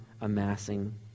amassing